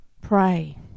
pray